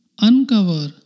uncover